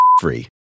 free